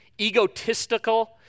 egotistical